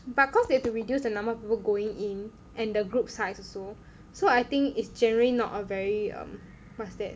but because they have to reduce the number of people going in and the group size also so I think is generally not a very um what's that